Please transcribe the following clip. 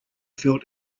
felt